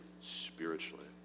spiritually